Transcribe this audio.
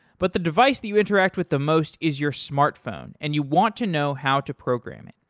but the device that you interact with the most is your smartphone and you want to know how to program it.